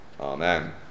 Amen